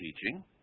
teaching